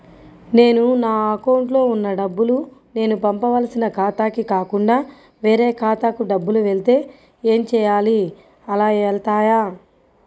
నేను నా అకౌంట్లో వున్న డబ్బులు నేను పంపవలసిన ఖాతాకి కాకుండా వేరే ఖాతాకు డబ్బులు వెళ్తే ఏంచేయాలి? అలా వెళ్తాయా?